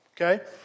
Okay